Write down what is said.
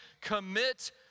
commit